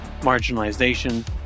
marginalization